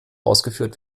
ausgeführt